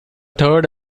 third